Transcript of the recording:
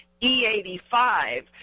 E85